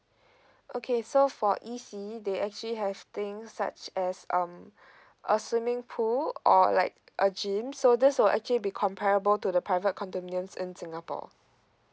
okay so for E C they actually have things such as um a swimming pool or like a gym so this will actually be comparable to the private condominiums in singapore